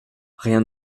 rien